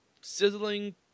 sizzling